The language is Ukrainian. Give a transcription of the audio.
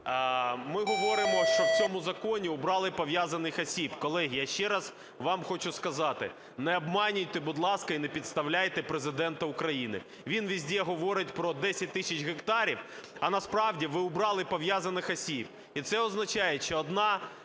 Ми говоримо, що в цьому законі убрали "пов'язаних осіб". Колеги, я ще раз вам хочу сказати, не обманюйте, будь ласка, і не підставляйте Президента України. Він скрізь говорить про 10 тисяч гектарів, а насправді ви убрали "пов'язаних осіб".